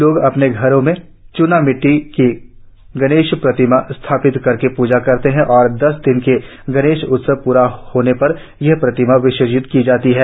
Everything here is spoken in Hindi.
लोग अपने घरों में चूनामिट्टी की गणेश प्रतिमाएं स्थापित करके प्जा करते हैं और दस दिन के गणेश उत्सव पूरे होने पर ये प्रतिमाएं विसर्जित की जाती हैं